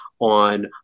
on